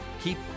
keep